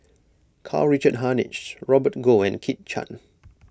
Karl Richard Hanitsch Robert Goh and Kit Chan